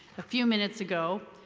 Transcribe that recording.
a few minutes ago,